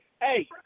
hey